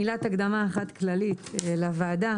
מילת הקדמה אחת כללית לוועדה,